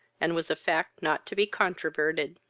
and was a fact not to be controverted.